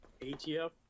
ATF